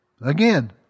Again